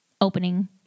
opening